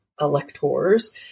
electors